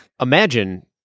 imagine